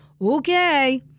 Okay